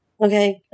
Okay